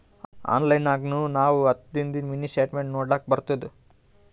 online ನಾಗ್ನು ನಾವ್ ಹತ್ತದಿಂದು ಮಿನಿ ಸ್ಟೇಟ್ಮೆಂಟ್ ನೋಡ್ಲಕ್ ಬರ್ತುದ